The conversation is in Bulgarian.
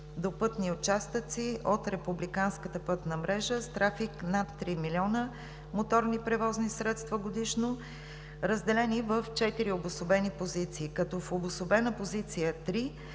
пътна мрежа с трафик над 3 милиона моторни превозни средства годишно, разделени в четири обособени позиции, като в Обособена позиция 3